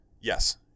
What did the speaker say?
yes